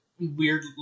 weird